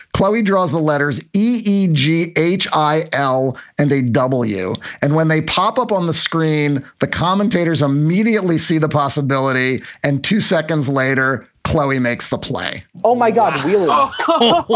chloe draws the letters e g h i l and a w. and when they pop up on the screen, the commentators immediately see the possibility. and two seconds later, chloe makes the play, oh, my god oh,